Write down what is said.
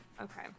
okay